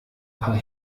paar